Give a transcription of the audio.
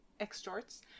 extorts